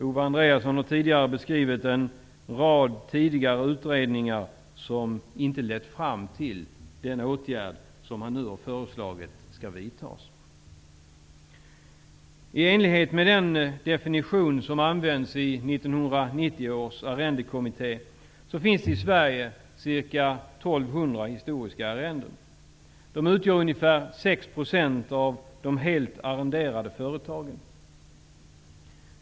Owe Andréasson har tidigare beskrivit en rad tidigare utredningar som inte lett fram till den åtgärd som han nu har föreslagit skall vidtas. historiska arrenden. De utgör ungefär 6 % av de helt arrenderade företagen.